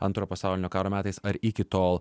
antro pasaulinio karo metais ar iki tol